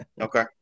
Okay